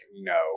no